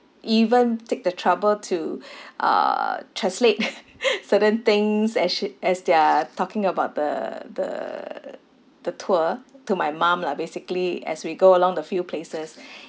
even take the trouble to uh translate certain things as she as they are talking about the the the tour to my mum lah basically as we go along the few places